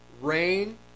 rain